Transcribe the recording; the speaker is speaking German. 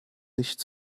nicht